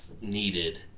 needed